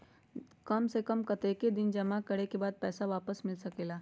काम से कम कतेक दिन जमा करें के बाद पैसा वापस मिल सकेला?